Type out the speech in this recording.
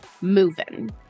moving